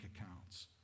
accounts